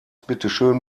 bitteschön